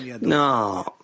No